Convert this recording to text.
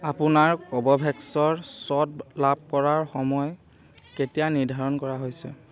আপোনাৰ কভভেক্সৰ শ্বট লাভ কৰাৰ সময় কেতিয়া নিৰ্ধাৰণ কৰা হৈছে